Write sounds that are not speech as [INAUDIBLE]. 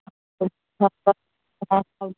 [UNINTELLIGIBLE]